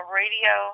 radio